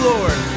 Lord